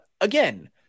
again